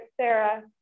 Sarah